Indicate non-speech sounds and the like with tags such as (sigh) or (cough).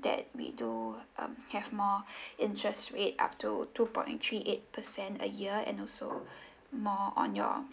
that we do um have more (breath) interest rate up to two point three eight percent a year and also (breath) more on your